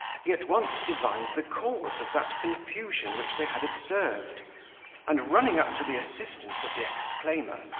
he at once divined the cause of that confusion which they had observed and running up to the assistance of the exclaimer,